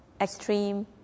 extreme